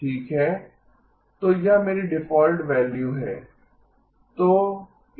तो यह मेरी डिफ़ॉल्ट वैल्यू है